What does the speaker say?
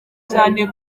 cyane